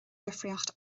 difríocht